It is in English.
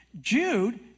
Jude